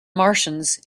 martians